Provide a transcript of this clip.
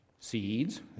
Seeds